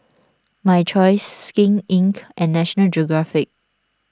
My Choice Skin Inc and National Geographic